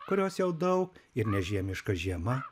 kurios jau daug ir nežiemiška žiema